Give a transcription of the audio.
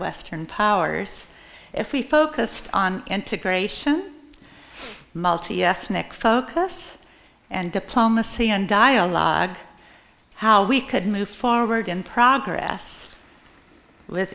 western powers if we focused on integration multi ethnic focus and diplomacy and dialogue how we could move forward and progress with